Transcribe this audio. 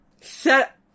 Set